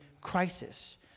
crisis